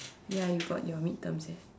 ya you got your mid terms eh